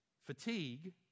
fatigue